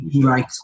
right